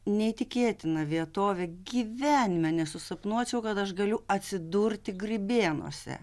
neįtikėtina vietovė gyvenime nesusapnuočiau kad aš galiu atsidurti grybėnuose